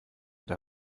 der